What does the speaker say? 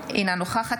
אינו נוכח נעמה לזימי,